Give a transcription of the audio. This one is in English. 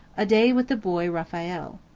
a day with the boy raphael.